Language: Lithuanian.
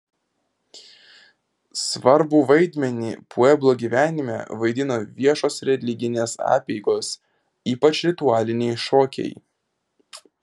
svarbų vaidmenį pueblo gyvenime vaidino viešos religinės apeigos ypač ritualiniai šokiai